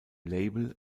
label